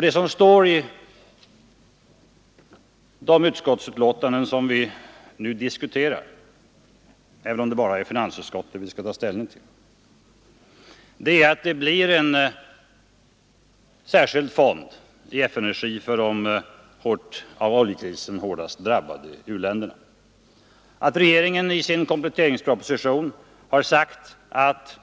Det som står i de utskottsbetänkanden vi nu diskuterar är att det blir en särskild fond i FN-regi för de av oljekrisen hårdast drabbade u-länderna. Regeringen har i sin kompletteringsproposition sagt att